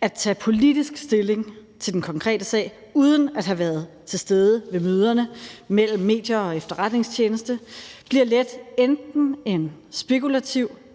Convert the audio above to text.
At tage politisk stilling til den konkrete sag uden at have været til stede ved møderne mellem medier og efterretningstjeneste bliver let enten en spekulativ